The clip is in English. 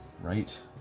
right